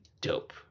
dope